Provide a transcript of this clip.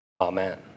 Amen